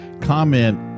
comment